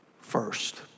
first